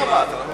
השר ארדן, גלעד,